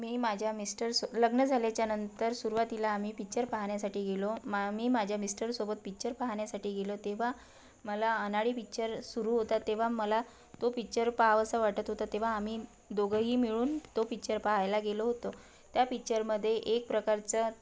मी माझ्या मिस्टरसो लग्न झाल्याच्या नंतर सुरवातीला आम्ही पिच्चर पाहण्यासाठी गेलो मा मी माझ्या मिस्टरसोबत पिच्चर पाहण्यासाठी गेलो तेव्हा मला अनाडी पिच्चर सुरू होता तेव्हा मला तो पिच्चर पाहावासा वाटत होता तेव्हा आम्ही दोघंही मिळून तो पिच्चर पाहायला गेलो होतो त्या पिच्चरमध्ये एक प्रकारचं